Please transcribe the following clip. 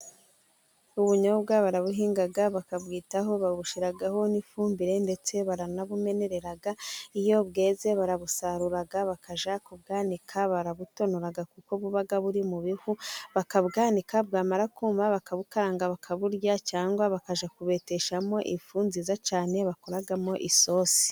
Ubunyobwa barabuhinga bakabwitaho, babushyiraho n'ifumbire, ndetse baranabumenera, iyo bweze barabusarura bakajya kubwanika, barabutonora kuko buba buri mu bihu, bakabwanika bwamara kuma bakabukaranga bakaburya, cyangwa bakajya kubeteshamo ifu nziza cyane bakoramo isosi.